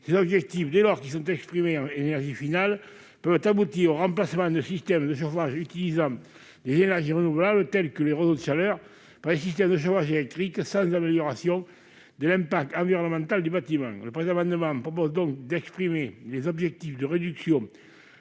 ces objectifs, dès lors qu'ils sont exprimés en énergie finale, peuvent aboutir au remplacement de systèmes de chauffage utilisant les énergies renouvelables- je pense par exemple aux réseaux de chaleur -par des systèmes de chauffage électrique, sans amélioration de la performance environnementale du bâtiment. Cet amendement vise donc à exprimer les objectifs de réduction de